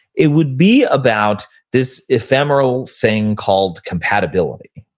it would be about this ephemeral thing called compatibility